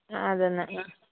അത് തന്നെ ആ